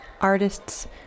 artists